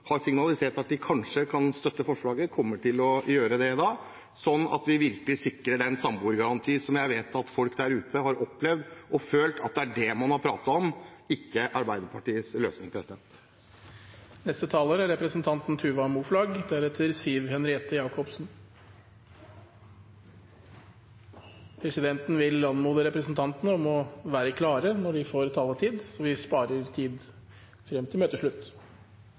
har signalisert at de kanskje kan støtte forslaget, kommer til å gjøre det, sånn at vi virkelig sikrer den samboergarantien som jeg vet at folk der ute har opplevd at man har pratet om, og ikke Arbeiderpartiets løsning. Først har jeg lyst til å svare representanten Grimstad, som lurte på om man kunne bli sykere av å bo på sykehjem. Jeg oppfordrer representanten til